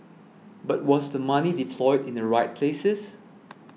but was the money deployed in the right places